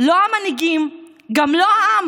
לא המנהיגים, גם לא העם.